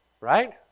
Right